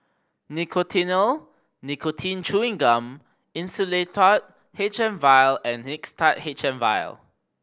Nicotinell Nicotine Chewing Gum Insulatard H M Vial and Mixtard H M Vial